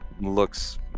looks